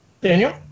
Daniel